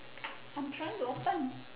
I'm trying to open